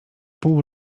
pół